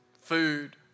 food